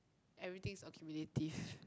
everything is accumulative